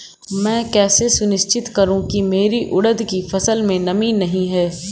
मैं कैसे सुनिश्चित करूँ की मेरी उड़द की फसल में नमी नहीं है?